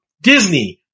Disney